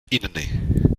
inny